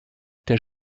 der